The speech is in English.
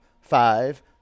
five